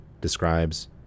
describes